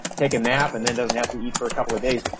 take a nap and then doesn't have to eat for a couple of days.